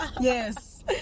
Yes